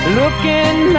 looking